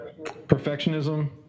perfectionism